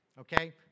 Okay